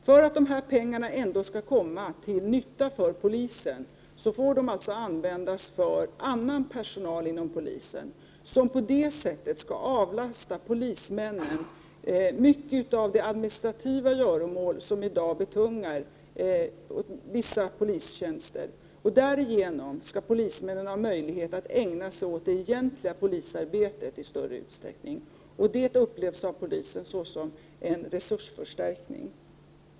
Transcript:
För att dessa pengar ändå skall komma polisen till nytta får de alltså användas för annan personal inom polisen som skall avlasta polismännen många av de administrativa göromål som i dag betungar vissa polistjänster. Därigenom skall polismännen få möjlighet att i större utsträckning ägna sig åt de egentliga polisarbetet, och det upplevs av polisen som en resursförstärkning.